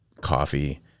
coffee